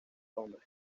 hombre